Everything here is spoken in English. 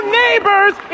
neighbors